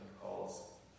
calls